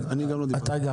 כן, בבקשה,